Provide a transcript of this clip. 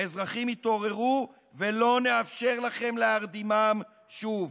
האזרחים התעוררו, ולא נאפשר לכם להרדימם שוב.